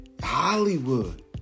hollywood